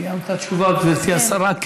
סיימת את התשובה, גברתי השרה?